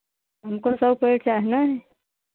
हमको सौ पेड़ चाहना है